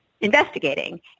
investigating